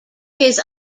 his